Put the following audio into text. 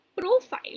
profile